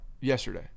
Yesterday